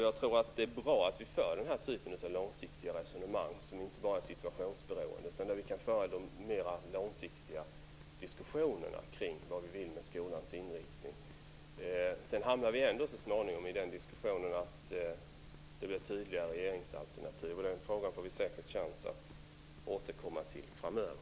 Jag tror att det är bra att vi för den här typen av långsiktiga resonemang, som inte bara är situationsberoende utan där vi kan föra de mer långsiktiga diskussionerna kring vad vi vill med skolans inriktning. Vi hamnar ändå så småningom i diskussionen om tydliga regeringsalternativ, och den frågan får vi säkert chans att återkomma till framöver.